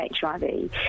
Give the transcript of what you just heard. HIV